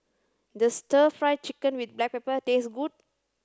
does stir fry chicken with black pepper taste good